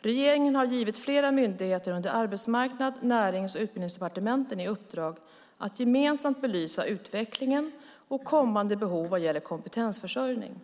Regeringen har givit flera myndigheter under Arbetsmarknads-, Närings och Utbildningsdepartementen i uppdrag att gemensamt belysa utvecklingen och kommande behov vad gäller kompetensförsörjning.